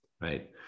right